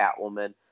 Catwoman